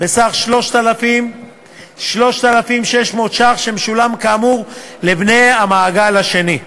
בסך 3,600 ש"ח שמשולם, כאמור, לבני המעגל השני.